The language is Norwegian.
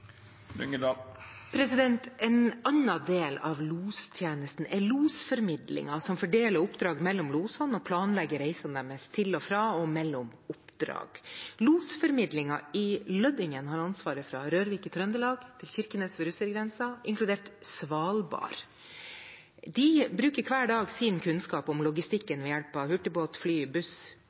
En annen del av lostjenesten er losformidlingen, som fordeler oppdrag mellom losene og planlegger reisene deres til, fra og mellom oppdrag. Losformidlingen i Lødingen har ansvaret fra Rørvik i Trøndelag til Kirkenes ved russergrensa, inkludert Svalbard. De bruker hver dag sin kunnskap om logistikken ved hjelp av hurtigbåt, fly og buss,